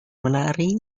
menarik